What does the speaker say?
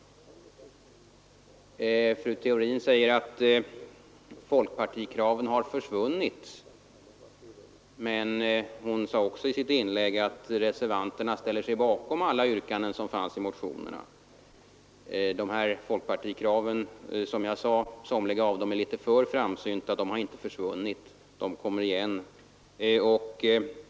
Fru Theorin sade att folkpartikraven har försvunnit, men hon sade också i sitt inlägg att reservanterna ställer sig bakom alla yrkanden som fanns i motionerna. Som jag sade är somliga av de här folkpartikraven litet för framsynta, men de har inte försvunnit. De kommer igen.